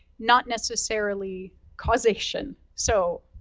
not necessarily causation, so,